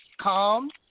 calm